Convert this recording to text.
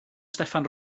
steffan